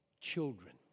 Children